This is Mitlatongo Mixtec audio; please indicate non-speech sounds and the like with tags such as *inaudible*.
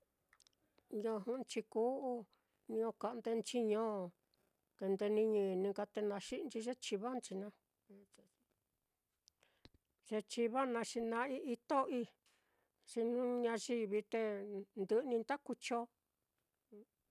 Niño jɨꞌɨnchi ku'u, niño ka'ndenchi ño, te nde ni ñini nka te naxi'inchi ye chiva naá, *noise* ye chiva naá xi na'ai ito'oi, xi jnu ñayivi te ndɨꞌɨ nii nda kuu chon.